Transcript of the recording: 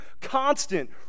constant